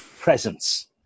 presence